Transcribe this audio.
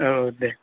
औ दे